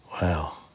Wow